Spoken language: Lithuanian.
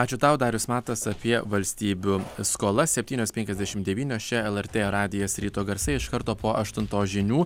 ačiū tau darius matas apie valstybių skolas septynios penkiasdešimt devynios čia lrt radijas ryto garsai iš karto po aštuntos žinių